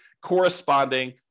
corresponding